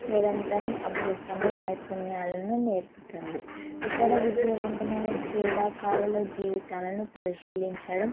నిరంతరం అభ్యసమే నైపుణ్యాలను నేర్పుతుంది ఇతర విజయవంతమైన క్రీడాకారుల జీవితాలను పరిశీలించడం